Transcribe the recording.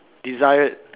desired